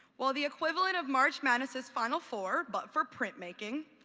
while the equivalent of march madness' final four but for printmaking,